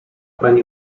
pani